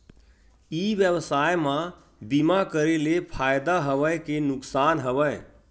ई व्यवसाय म बीमा करे ले फ़ायदा हवय के नुकसान हवय?